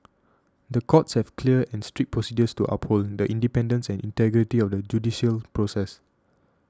the courts have clear and strict procedures to uphold the independence and integrity of the judicial process